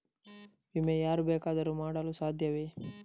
ವಿಮೆ ಯಾರು ಬೇಕಾದರೂ ಮಾಡಲು ಸಾಧ್ಯವೇ?